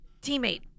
teammate